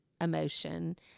emotion